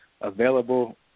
available